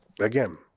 again